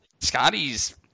Scotty's